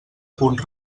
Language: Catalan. punt